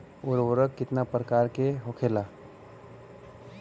उर्वरक कितना प्रकार के होखेला?